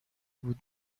بود